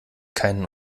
keinen